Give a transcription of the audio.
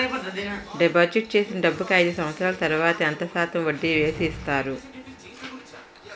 Deposit చేసిన డబ్బుకి అయిదు సంవత్సరాల తర్వాత ఎంత శాతం వడ్డీ వేసి ఇస్తారు?